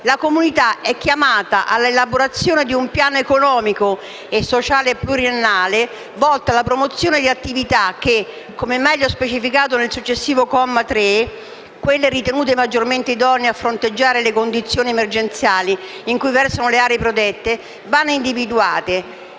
parco è chiamata all’elaborazione di un piano economico e sociale pluriennale volto alla promozione di attività che - come meglio specificato nel comma 3 - siano ritenute maggiormente idonee a fronteggiare le condizioni emergenziali in cui versano le aree protette. Tali attività